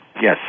Yes